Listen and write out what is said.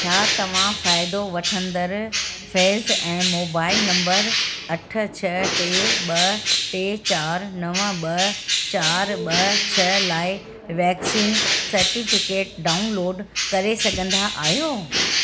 छा तव्हां फ़ाइदो वठंदड़ फैज़ ऐं मोबाइल नंबर अठ छह टे ॿ टे चारि नव ॿ चारि ॿ छह लाइ वैक्सीन सटिफिकेट डाउनलोड करे सघंदा आहियो